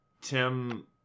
Tim